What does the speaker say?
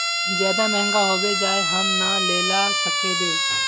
ज्यादा महंगा होबे जाए हम ना लेला सकेबे?